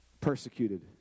persecuted